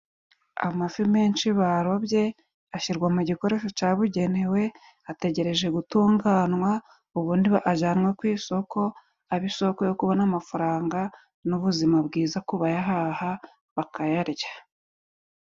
Amafi menshi barobye ashyirwa mu gikoresho cyabugenewe, ategereje gutunganwa ubundi ajyanwe ku isoko, abe isoko yo kubona amafaranga n'ubuzima bwiza ku bayahaha bakayarya.